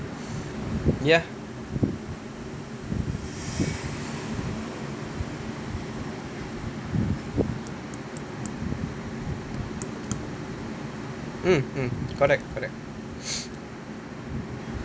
ya mm mm correct correct